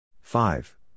Five